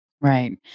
Right